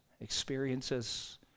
experiences